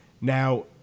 Now